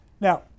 Now